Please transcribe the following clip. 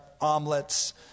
omelets